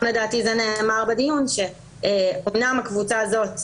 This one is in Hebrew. לדעתי זה נאמר בדיון, שאמנם הקבוצה הזאת,